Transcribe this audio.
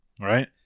Right